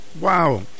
wow